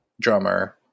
drummer